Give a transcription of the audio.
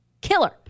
Killer